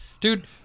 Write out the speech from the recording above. dude